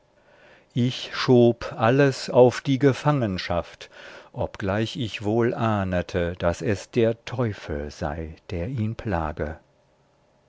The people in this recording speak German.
ich schob alles auf die gefangenschaft obgleich ich wohl ahnete daß es der teufel sei der ihn plage